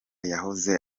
yahoze